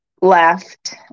left